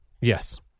Yes